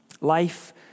Life